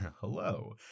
Hello